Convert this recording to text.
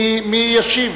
מי ישיב?